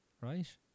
right